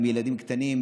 עם ילדים קטנים,